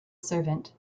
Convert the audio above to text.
servant